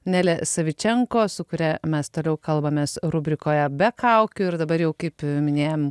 nelė savičenko su kuria mes toliau kalbamės rubrikoje be kaukių ir dabar jau kaip minėjom